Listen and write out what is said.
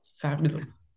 Fabulous